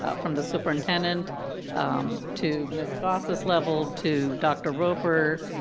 ah from the superintendent to ms. goss's level to dr. roper,